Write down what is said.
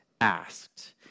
asked